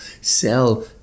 sell